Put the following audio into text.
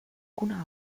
kuna